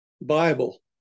Bible